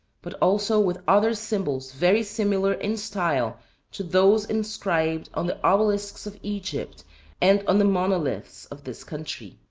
but also with other symbols very similar in style to those inscribed on the obelisks of egypt and on the monoliths of this country.